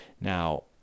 Now